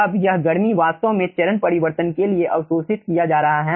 अब यह गर्मी वास्तव में चरण परिवर्तन के लिए अवशोषित किया जा रहा है